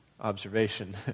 Observation